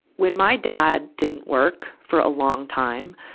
when my dad didn't work for a long time,